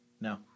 No